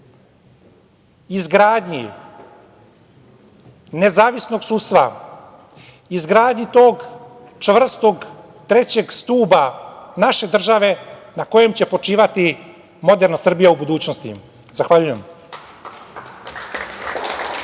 izgradnji nezavisnog sudstva, izgradnji tog čvrstog trećeg stuba naše države na kojem će počivati moderna Srbija u budućnosti. Zahvaljujem.